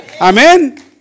Amen